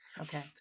okay